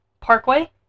Parkway